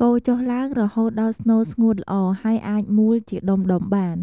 កូរចុះឡើងរហូតដល់ស្នូលស្ងួតល្អ ហើយអាចមូលជាដុំៗបាន។